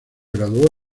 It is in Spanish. graduó